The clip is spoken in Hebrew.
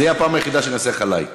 זו תהיה הפעם היחידה שאני עושה לך "לייק".